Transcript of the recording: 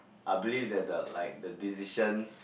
I believe that the like the decisions